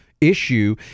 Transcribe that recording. issue